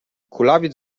kulawiec